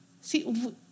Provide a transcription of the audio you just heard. See